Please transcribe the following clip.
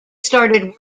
started